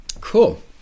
Cool